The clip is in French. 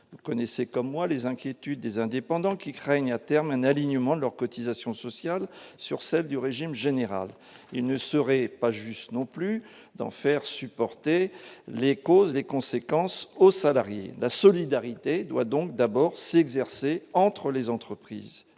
vous connaissez comme moi les inquiétudes des indépendants qui craignent à terme un alignement de leurs cotisations sociales sur celles du régime général, il ne serait pas juste non plus d'en faire supporter les causes, les conséquences aux salariés, la solidarité doit donc d'abord si exercer entre les entreprises